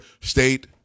state